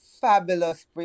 fabulous